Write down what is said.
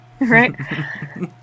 Right